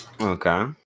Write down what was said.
Okay